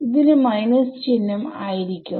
ന് മൈനസ് ചിഹ്നം ആയിരിക്കും